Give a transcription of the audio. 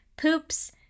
poops